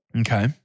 Okay